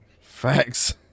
Facts